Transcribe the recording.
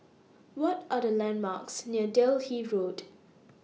What Are The landmarks near Delhi Road